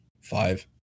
Five